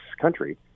country